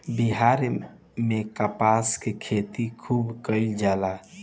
बिहार में कपास के खेती खुब कइल जाला